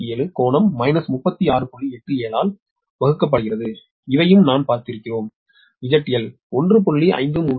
870 ஆல் வழங்கப்படுகிறது இவையும் நாம் பார்த்திருக்கிறோம் ZL 1